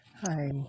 Hi